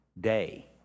day